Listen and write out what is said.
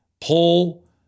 pull